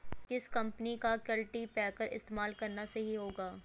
किस कंपनी का कल्टीपैकर इस्तेमाल करना सही होगा?